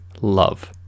love